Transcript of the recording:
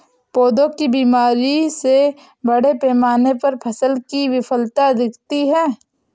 पौधों की बीमारी से बड़े पैमाने पर फसल की विफलता दिखती है